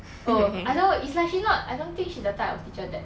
oh I don't know it's like she not I don't think she's the type of teacher that